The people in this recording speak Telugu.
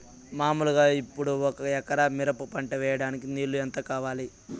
మామూలుగా ఇప్పుడు ఒక ఎకరా మిరప పంట వేయడానికి నీళ్లు ఎంత కావాలి?